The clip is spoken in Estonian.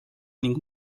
ning